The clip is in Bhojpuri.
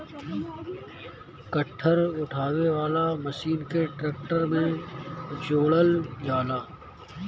गट्ठर उठावे वाला मशीन के ट्रैक्टर में जोड़ल जाला